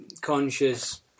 conscious